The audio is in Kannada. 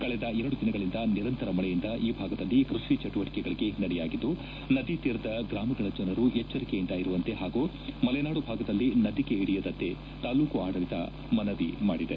ಕಳೆದ ಎರಡು ದಿನಗಳಿಂದ ನಿರಂತರ ಮಳೆಯಿಂದ ಈ ಭಾಗದಲ್ಲಿ ಕೃಷಿ ಚಟುವಟಿಕೆಗಳಗೆ ಹಿನ್ನಡೆಯಾಗಿದ್ದು ನದಿ ತೀರದ ಗ್ರಾಮಗಳ ಜನರು ಎಚ್ಚರಿಕೆಯಿಂದ ಇರುವಂತೆ ಹಾಗು ಮಲೆನಾಡು ಭಾಗದಲ್ಲಿ ನದಿಗೆ ಇಳಿಯದಂತೆ ತಾಲೂಕು ಆಡಳಿತ ಮನವಿ ಮಾಡಿದೆ